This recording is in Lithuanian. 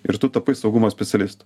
ir tu tapai saugumo specialistu